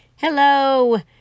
Hello